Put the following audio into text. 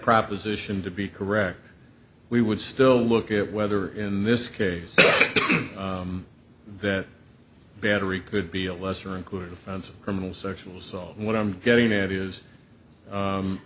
proposition to be correct we would still look at whether in this case that battery could be a lesser included offense of criminal sexual assault what i'm getting at is